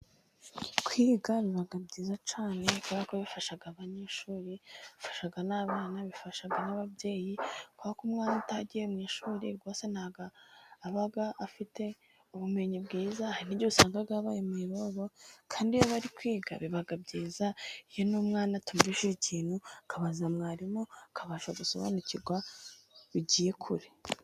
kwiga biba byiza cyane, kubera ko bifasha abanyeshuri ,bifasha n'abana ,bifasha n'ababyeyi kubera ko umwana utagiye mu ishuri rwose ntabwo aba afite ubumenyi bwiza, hari igihe usanga yabaye mayibobo, kandi iyo baba bari kwiga biba byiza, n'iyo n'umwana atumvishe ikintu akabaza mwarimu akabasha gusobanukirwa bigiye kure.